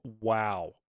Wow